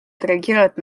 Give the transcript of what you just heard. отреагировать